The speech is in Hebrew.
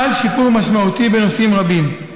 חל שיפור משמעותי בנושאים רבים.